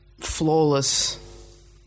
flawless